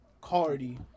Cardi